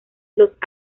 los